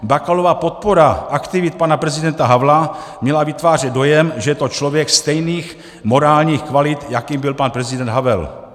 Bakalova podpora aktivit pana prezidenta Havla měla vytvářet dojem, že je to člověk stejných morálních kvalit, jakým byl pan prezident Havel.